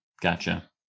gotcha